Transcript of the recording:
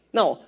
Now